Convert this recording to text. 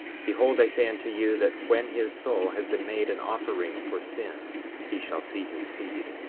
behold, i say unto you, that when his soul has been made an offering for sin he shall see his seed.